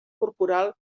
corporal